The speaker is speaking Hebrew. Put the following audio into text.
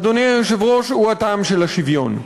אדוני היושב-ראש, הוא הטעם של השוויון,